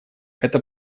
это